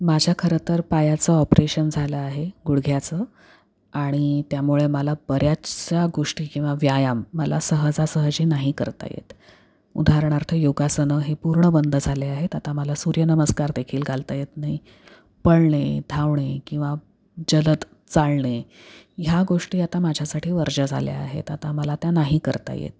माझ्या खरं तर पायाचं ऑपरेशन झालं आहे गुडघ्याचं आणि त्यामुळे मला बऱ्याचशा गोष्टी किंवा व्यायाम मला सहजासहजी नाही करता येत उदाहरणार्थ योगासनं हे पूर्ण बंद झाले आहेत आता मला सूर्यनमस्कार देखील घालता येत नाही पळणे धावणे किंवा जलद चालणे ह्या गोष्टी आता माझ्यासाठी वर्ज्य झाल्या आहेत आता मला त्या नाही करता येत